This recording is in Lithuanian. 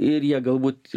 ir jie galbūt